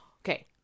Okay